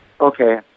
Okay